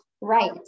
right